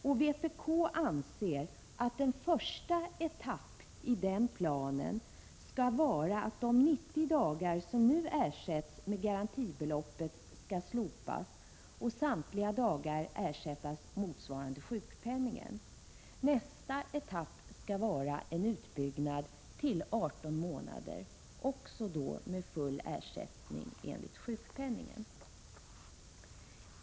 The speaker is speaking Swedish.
Vpk anser att en första etapp i den planen skall vara att den nuvarande ersättningen med garantibeloppet under 90 dagar slopas och att samtliga dagar ersätts med belopp motsvarande sjukpenningen. Nästa etapp skall vara en utbyggnad till 18 månader med full ersättning motsvarande sjukpenningen.